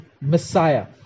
Messiah